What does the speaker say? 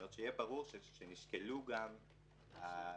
זאת אומרת, שיהיה ברור שנשקל גם עניין זה.